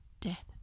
death